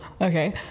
Okay